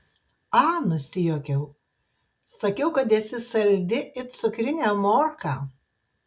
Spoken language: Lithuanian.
a nusijuokiau sakiau kad esi saldi it cukrinė morka